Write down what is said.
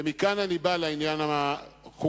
ומכאן אני בא לעניין החוקתי.